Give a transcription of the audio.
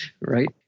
right